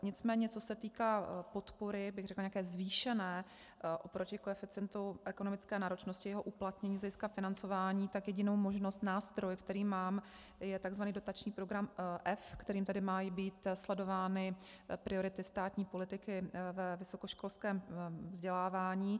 Nicméně co se týká podpory, bych řekla, nějaké zvýšené oproti koeficientu v ekonomické náročnosti jeho uplatnění z hlediska financování, tak jedinou možnost, nástroj, který mám, je tzv. dotační program F, kterým mají být sledovány priority státní politiky ve vysokoškolském vzdělávání.